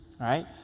Right